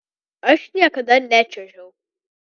aš niekada nečiuožiau